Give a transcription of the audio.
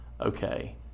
okay